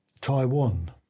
Taiwan